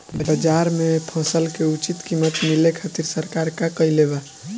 बाजार में फसल के उचित कीमत मिले खातिर सरकार का कईले बाऽ?